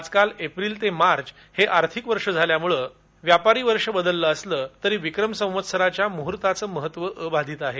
आजकाल एप्रिल ते मार्च हे आर्थिक वर्ष झाल्यामुळे व्यापारी वर्ष बदलले असले तरी विक्रम संवत्सराच्या मुहर्ताचे महत्व अबाधित आहे